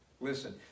Listen